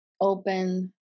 open